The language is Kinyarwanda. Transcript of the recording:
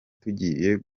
tugiye